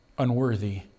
unworthy